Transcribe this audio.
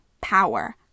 power